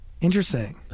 Interesting